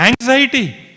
anxiety